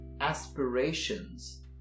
aspirations